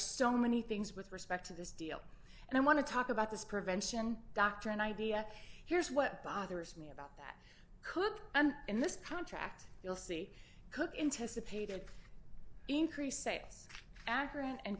so many things with respect to this deal and i want to talk about this prevention doctrine idea here's what bothers me about that cook and in this contract you'll see cook in tessa pay to increase sales akron and